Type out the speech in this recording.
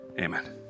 Amen